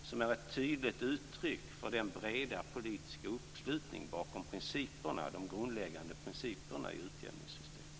och som är ett tydligt uttryck för den breda politiska uppslutning bakom de grundläggande principerna i utjämningssystemet.